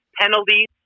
penalties